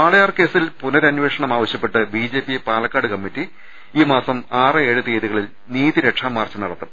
വാളയാർ കേസിൽ പുനരനേഷണം ആവശ്യപ്പെട്ട് B J P Palakkad committee ഈ മാസം ആറ് ഏഴ് തിയ്യതികളിൽ നീതിരക്ഷാമാർച്ച് നടത്തും